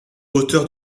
auteur